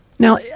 Now